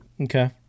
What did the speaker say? Okay